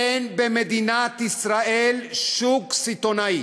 אין במדינת ישראל שוק סיטונאי.